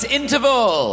interval